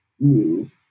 move